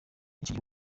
gihe